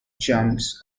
jumps